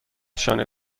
شانه